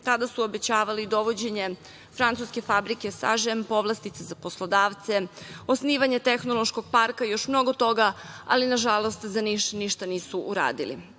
Tada su obećavali dovođenje francuske fabrike, povlastice za poslodavce, osnivanje tehnološkog parka i još mnogo toga, ali nažalost za Niš ništa